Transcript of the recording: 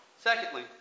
Secondly